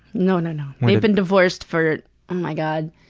no, no, no. they've been divorced for oh my god,